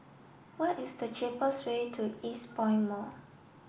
what is the cheapest way to Eastpoint Mall